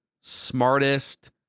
smartest